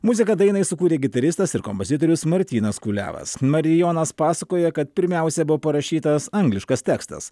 muziką dainai sukūrė gitaristas ir kompozitorius martynas kuliavas marijonas pasakoja kad pirmiausia buvo parašytas angliškas tekstas